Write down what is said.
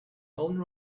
owner